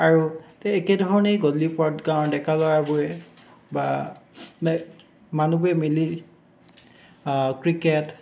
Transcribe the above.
আৰু সেই একেধৰণেই গধূলি পৰত গাঁৱৰ ডেকা ল'ৰাবোৰে বা মানুহবোৰে মিলি ক্ৰিকেট